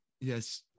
Yes